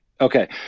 Okay